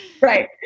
Right